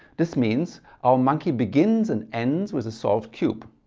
this means our monkey begins and ends with a solved cube.